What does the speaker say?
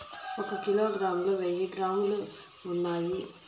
ఒక కిలోగ్రామ్ లో వెయ్యి గ్రాములు ఉన్నాయి